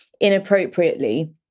inappropriately